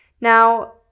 now